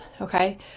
okay